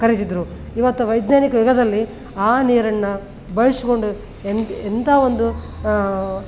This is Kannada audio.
ಕರೀತಿದ್ದರು ಇವತ್ತು ವೈಜ್ಞಾನಿಕ ಯುಗದಲ್ಲಿ ಆ ನೀರನ್ನು ಬಳಸ್ಕೊಂಡು ಎನ್ ಎಂಥ ಒಂದು